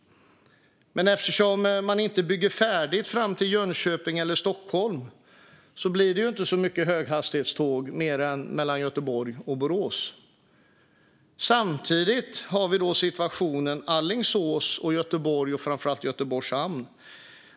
Men eftersom man inte bygger färdigt fram till Jönköping eller Stockholm blir det inte så mycket höghastighetståg mer än mellan Göteborg och Borås. Samtidigt har vi situationen med Alingsås och Göteborg och framför allt Göteborgs hamn.